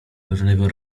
pewnego